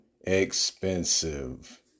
expensive